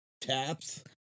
taps